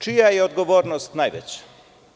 Čija je odgovornost najveća?